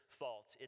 fault